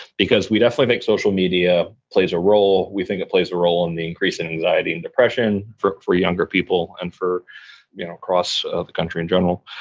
because we definitely think social media plays a role. we think it plays a role in the increasing anxiety and depression for for younger people and you know across ah the country in general,